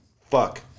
Fuck